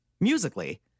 musically